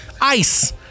Ice